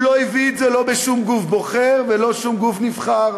הוא לא הביא את זה לא לשום גוף בוחר ולא לשום גוף נבחר.